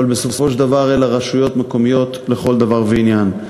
אבל בסופו של דבר אלה רשויות מקומיות לכל דבר ועניין.